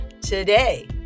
today